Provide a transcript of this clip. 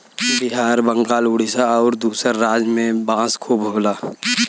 बिहार बंगाल उड़ीसा आउर दूसर राज में में बांस खूब होला